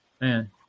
man